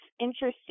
interesting